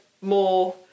more